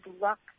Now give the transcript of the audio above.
luck